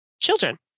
children